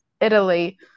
Italy